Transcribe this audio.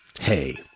hey